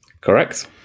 Correct